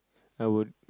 I would